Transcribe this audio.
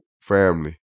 family